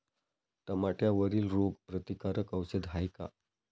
टमाट्यावरील रोग प्रतीकारक औषध हाये का?